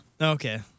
Okay